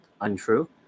untrue